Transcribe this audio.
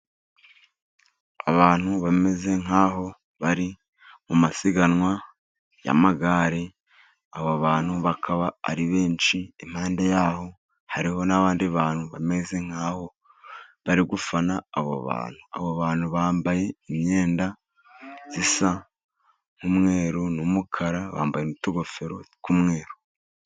Abantu bameze nk'aho bari mu masiganwa y'amagare. Aba bantu bakaba ari benshi impande yaho hariho n'abandi bantu bameze nk'aho bari gufana abo bantu .Abo bantu bambaye imyenda isa n'umweru ,n'umukara bambaye utugofero tw'umweru.